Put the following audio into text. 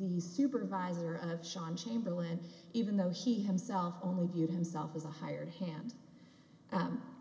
the supervisor of shawn chamberlain even though he himself only viewed himself as a hired hand